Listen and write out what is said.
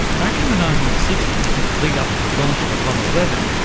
back in the nineteen sixty s in the lead-up to the launch of apollo eleven,